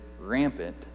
rampant